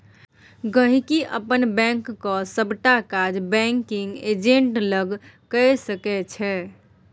गांहिकी अपन बैंकक सबटा काज बैंकिग एजेंट लग कए सकै छै